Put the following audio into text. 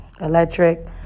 electric